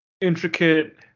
intricate